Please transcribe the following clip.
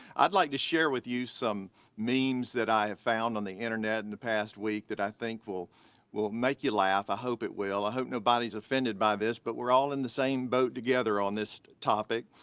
i'd like to share with you some memes that i have found on the internet in the past week that i think will will make you laugh. i hope it will. i hope nobody's offended by this, but we're all in the same boat together on this topic.